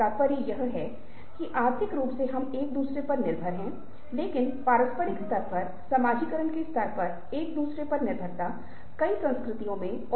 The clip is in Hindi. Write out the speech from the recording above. दूसरा मुद्दा सुन्ना है अब बातचीत में जैसा कि मैंने आपसे कहा कि बोलना और सुनना संयुक्त हैं और आप दो लोगों को बातचीत करने के लिए कहते हैं एक बोलता है और दूसरा ऐसा जताता है जैसे वह नहीं सुन रहा है या उसमें दिलचस्पी नहीं ले रहा है